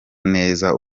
neza